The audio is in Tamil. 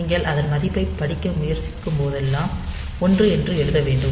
நீங்கள் அதன் மதிப்பைப் படிக்க முயற்சிக்கும்போதெல்லாம் 1 என்று எழுத வேண்டும்